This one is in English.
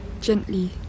gently